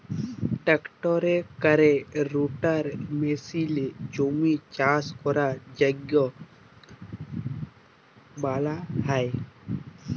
ট্রাক্টরে ক্যরে রোটাটার মেসিলে চাষের জমির চাষের যগ্য বালাল হ্যয়